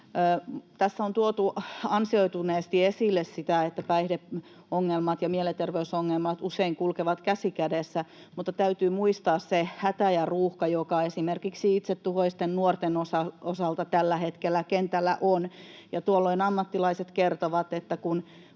Tässä on tuotu ansioituneesti esille sitä, että päihdeongelmat ja mielenterveysongelmat usein kulkevat käsi kädessä, mutta täytyy muistaa se hätä ja ruuhka, joka esimerkiksi itsetuhoisten nuorten osalta tällä hetkellä kentällä on. Ammattilaiset kertovat, että kun